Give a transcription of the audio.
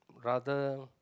rather